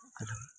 अलम्